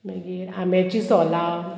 मागीर आंब्याची सोलां